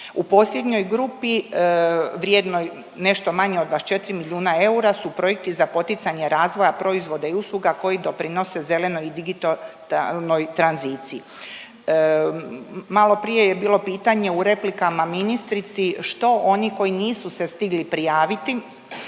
U posljednjoj grupi vrijednoj nešto manje od 24 milijuna eura su projekti za poticanje razvoja proizvoda i usluga koji doprinose zelenoj i digitalnoj tranziciji. Maloprije je bilo pitanje u replikama ministrici, što oni koji nisu se stigli prijaviti